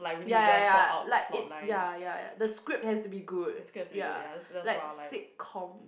ya ya ya like it ya ya ya the script has to be good ya like sitcom